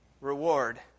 reward